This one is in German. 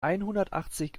einhundertachtzig